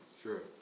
Sure